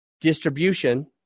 distribution